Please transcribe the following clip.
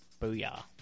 booyah